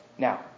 Now